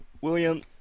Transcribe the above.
William